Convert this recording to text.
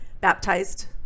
baptized